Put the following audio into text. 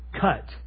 cut